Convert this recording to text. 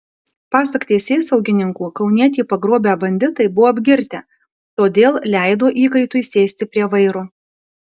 pasak teisėsaugininkų kaunietį pagrobę banditai buvo apgirtę todėl leido įkaitui sėsti prie vairo